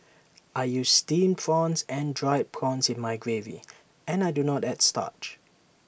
I use Steamed prawns and Dried prawns in my gravy and I do not add starch